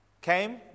came